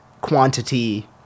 quantity